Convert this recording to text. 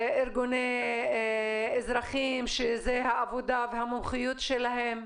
ארגוני אזרחים שזה העבודה והמומחיות שלהם?